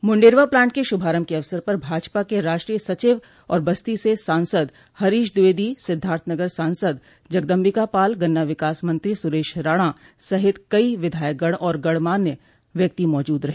Munderwa plant के शुभारम्भ के अवसर पर भाजपा के राष्ट्रीय सचिव और बस्ती से सांसद हरीश द्विवेदी सिद्धार्थनगर सांसद जगदम्बिका पाल गन्ना विकास मंत्री सुरेश राणा सहित कई विधायकगण और अन्य गणमान्य व्यक्ति मौजूद रहे